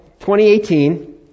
2018